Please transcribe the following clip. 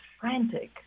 frantic